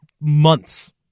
months